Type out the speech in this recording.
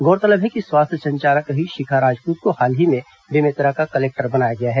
गौरतलब है कि स्वास्थ्य संचालक रही शिखा राजपूत को हाल ही में बेमेतरा का कलेक्टर बनाया गया है